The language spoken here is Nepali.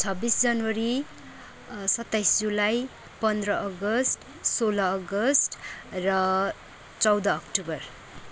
छब्बिस जनवरी सत्ताइस जुलाई पन्ध्र अगस्त सोह्र अगस्त र चौध अक्टोबर